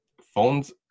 phones